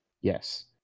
yes